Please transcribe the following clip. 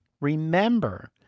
remember